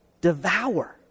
Devour